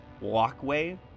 walkway